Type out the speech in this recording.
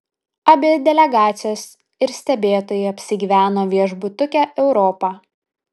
abi delegacijos ir stebėtojai apsigyveno viešbutuke europa